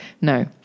No